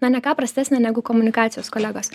na ne ką prastesnę negu komunikacijos kolegos